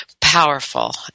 powerful